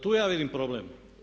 Tu ja vidim problem.